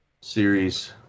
series